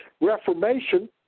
Reformation